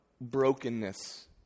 brokenness